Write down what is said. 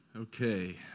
Okay